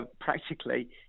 practically